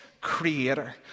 creator